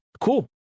Cool